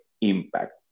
impact